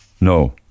No